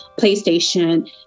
playstation